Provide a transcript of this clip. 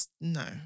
no